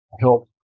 help